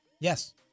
Yes